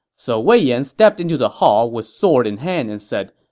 so wei yan stepped into the hall with sword in hand and said,